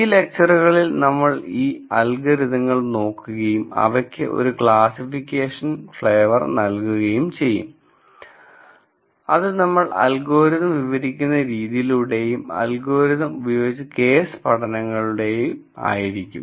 ഈ ലെക്ച്ചറുകളിൽ നമ്മൾ ഈ അൽഗരിതങ്ങൾ നോക്കുകയും അവയ്ക്ക് ഒരു ക്ലാസ്സിഫിക്കേഷൻ ഫ്ലേവർ നൽകുകയും ചെയ്യും അത് നമ്മൾ അൽഗോരിതം വിവരിക്കുന്ന രീതിയിലൂടെയും അൽഗോരിതം ഉപയോഗിച്ച കേസ് പഠനങ്ങളിലൂടെയും ആയിരിക്കും